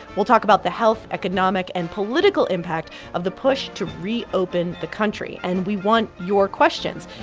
we'll talk about the health, economic and political impact of the push to reopen the country, and we want your questions.